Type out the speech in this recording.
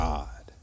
God